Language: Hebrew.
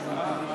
התשע"ג 2013,